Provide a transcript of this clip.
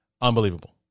unbelievable